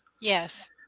Yes